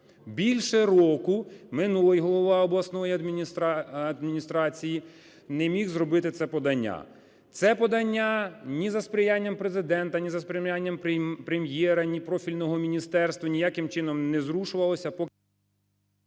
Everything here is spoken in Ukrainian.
Більше року минуло, і голова обласної адміністрації не міг зробити це подання. Це подання ні за сприяння Президента, ні за сприяння Прем'єра, ні профільного міністерства ніяким чином не зрушувалося…